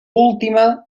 última